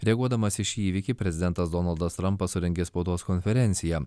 reaguodamas į šį įvykį prezidentas donaldas trampas surengė spaudos konferenciją